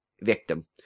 victim